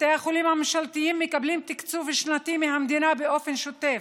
בתי החולים הממשלתיים מקבלים תקציב שנתי מהמדינה באופן שוטף.